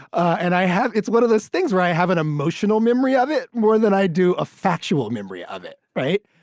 and i have it's one of those things where i have an emotional memory of it more than i do a factual memory of it, right?